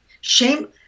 Shame